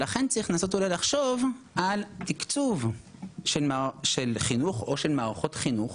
לכן צריך לנסות לחשוב על תקצוב של חינוך או של מערכות חינוך